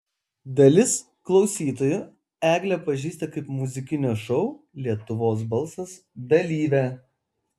dalis klausytojų eglę pažįsta kaip muzikinio šou lietuvos balsas dalyvę